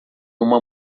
uma